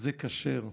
זה כשר.